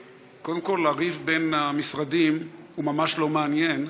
קודם כול, הריב בין המשרדים הוא ממש לא מעניין.